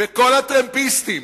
וכל הטרמפיסטים,